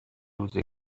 روزه